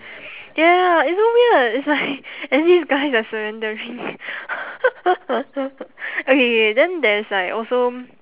ya it's so weird it's like and these guys are surrendering okay K K then there's like also